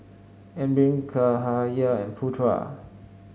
Amrin Cahaya and Putra